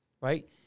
right